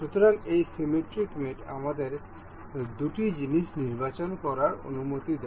সুতরাং এই সিমিট্রিক মেট আমাদের দুটি জিনিস নির্বাচন করার অনুমতি দেয়